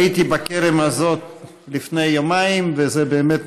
הייתי בכרם הזה לפני יומיים וזה באמת